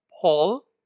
Paul